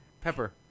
Pepper